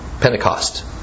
Pentecost